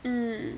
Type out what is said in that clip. mm